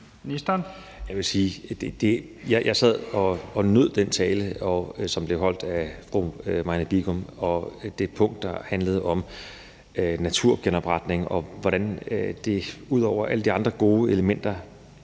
jeg sad og nød den tale, som blev holdt af fru Marianne Bigum, og det punkt, som handlede om naturgenopretning, og hvordan det ud over alle de andre gode elementer